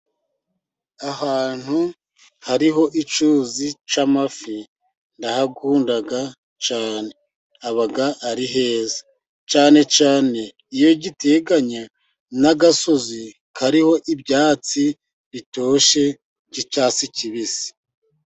Ahantu hariho icyuzi cy'amafi ndahakunda cyane haba ari heza, cyane cyane iyo giteganye n'agasozi kariho ibyatsi bitoshye by'icyatsi kibisi.